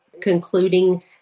concluding